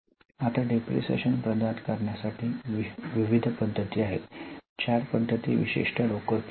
आता डिप्रीशीएशन प्रदान करण्यासाठी विविध पद्धती आहेत चार पद्धती विशेषतः लोकप्रिय आहेत